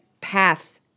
paths